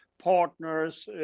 partners,